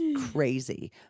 crazy